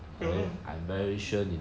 有吗